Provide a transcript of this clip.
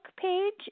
page